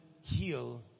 heal